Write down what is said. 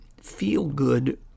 feel-good